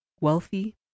wealthy